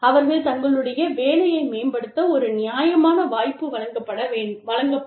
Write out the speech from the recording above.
அவர்கள் தங்களுடைய வேலையை மேம்படுத்த ஒரு நியாயமான வாய்ப்பு வழங்கப்படும்